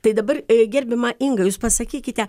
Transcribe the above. tai dabar gerbiama inga jūs pasakykite